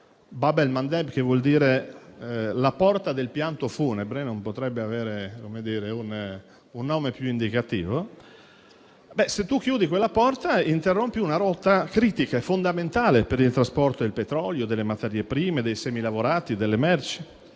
Bab el-Mandeb, che vuol dire «porta del pianto funebre», quindi non potrebbe avere un nome più indicativo. Chiudendo quella porta, infatti, si interrompe una rotta critica e fondamentale per il trasporto del petrolio, delle materie prime, dei semilavorati, delle merci.